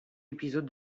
épisode